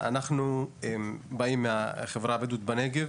אנחנו באים מהחברה הבדואית בנגב